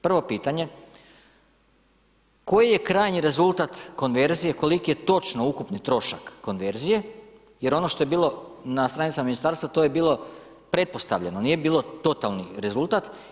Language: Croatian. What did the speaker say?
Prvo pitanje, koji je krajnji rezultat konverzije, koliki je točno ukupni trošak konverzije jer ono što je bilo na stranicama ministarstva, to je bilo pretpostavljeno, nije bilo totalni rezultat.